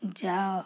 ଯାଅ